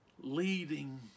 leading